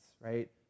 right